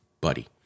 buddy